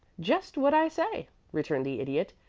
just what i say, returned the idiot.